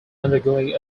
undergoing